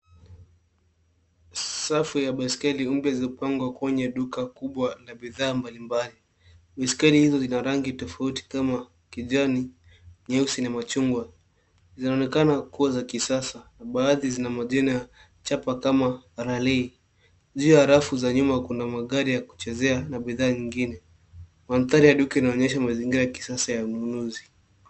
Safu ya baiskeli mpya zimepangwa kwenye duka kubwa la bidhaa mbalimbali . Baiskeli hizo zina rangi tofauti kama kijani, nyeusi na machungwa. Zinaonekana kuwa za kisasa, baadhi zina majina chapa kama rale. Juu ya rafu za nyuma kuna magari ya kuchezea na bidhaa nyingine. Mandhari ya duka inaonyesha mazingira ya kisasa ya ununuzi.